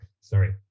sorry